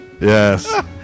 Yes